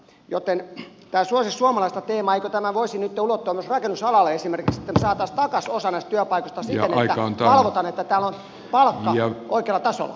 joten eikö tämä suosi suomalaista teema voisi nyt jo ulottua myös esimerkiksi rakennusalalle että me saisimme takaisin osan näistä työpaikoista siten että valvotaan että täällä on palkka oikealla tasolla